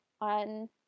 on